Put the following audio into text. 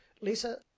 Lisa